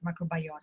microbiota